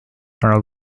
are